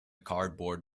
cardboard